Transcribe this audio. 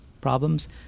problems